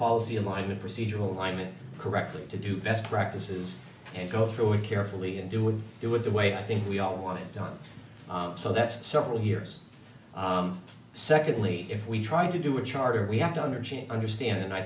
policy alignment procedural alignment correctly to do best practices and go through it carefully and do with do with the way i think we all want it done so that's several years secondly if we try to do a charter we have to understand understand and i